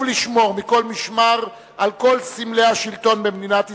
לשמור מכל משמר על כל סמלי השלטון במדינת ישראל,